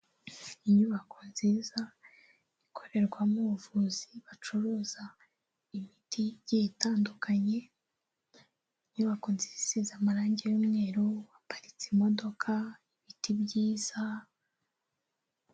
Inyubako nziza ikorerwamo ubuvuzi bacuruza imiti igiye itandukanye. Inyubako nziza isize amarangi y'umweru. Haparitse imodoka, ibiti byiza.